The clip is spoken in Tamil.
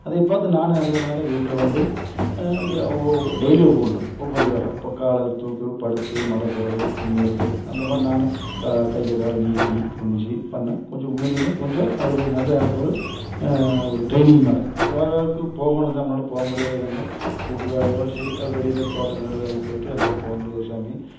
அதை பார்த்து நானும் அதே மாதிரி வீட்டில் வந்து அப்படியே டெய்லியும் ஒவ்வொன்று ஒவ்வொரு யோகா இப்போ காலை தூக்கி படுத்து மடக்குறது குனியிறது அந்த மாதிரி நானும் கா கையை காலை நீட்டி குனிஞ்சி பண்ண கொஞ்சம் உண்மையிலுமே கொஞ்சம் அது கொஞ்சம் நல்ல எனக்கு ஒரு ஒரு ட்ரைனிங் மார யோகாவுக்கு போகணும் நம்மளால் போகமுடியாது கண்ணு வீட்டு வேலையோடு சரி வெளியில் தோட்டங்காடு வேலைக்கு போய்ட்டு அங்கெலாம் போகமுடியாது சாமி